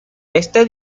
este